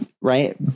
right